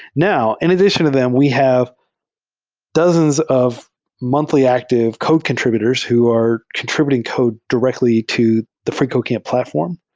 now, in addition to them, we have dozens of monthly active code contr ibutors who are contr ibuting code directly to the freecodecamp platform.